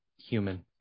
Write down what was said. human